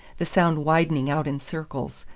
the sound widening out in circles,